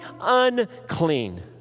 unclean